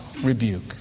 rebuke